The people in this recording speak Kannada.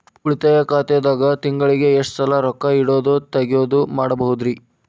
ಉಳಿತಾಯ ಖಾತೆದಾಗ ತಿಂಗಳಿಗೆ ಎಷ್ಟ ಸಲ ರೊಕ್ಕ ಇಡೋದು, ತಗ್ಯೊದು ಮಾಡಬಹುದ್ರಿ?